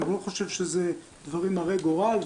אני גם לא חושב שזה דברים הרי גורל,